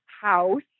house